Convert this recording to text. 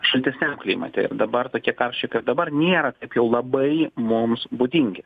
šaltesniam klimate ir dabar tokie karščiai kaip dabar nėra taip jau labai mums būdingi